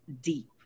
deep